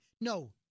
No